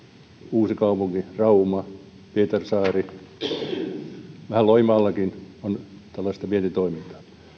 uusikaupunki rauma pietarsaari vähän loimaallakin on tällaista vientitoimintaa